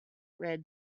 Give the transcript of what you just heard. red